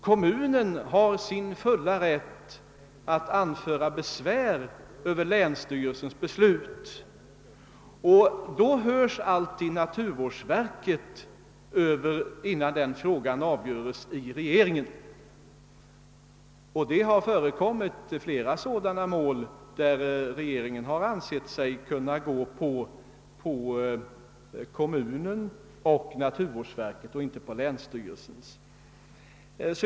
Kommunen har full rätt att anföra besvär över länsstyrelsens beslut, och naturvårdsverket hörs alltid innan sådana besvärsärenden avgörs av regeringen. Det har förekommit flera sådana mål där regeringen har ansett sig kunna gå med kommunen och naturvårdsverket och gå emot länsstyrelsen.